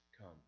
come